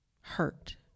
hurt